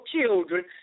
children